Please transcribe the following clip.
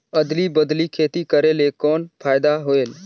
अदली बदली खेती करेले कौन फायदा होयल?